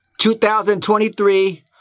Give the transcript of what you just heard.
2023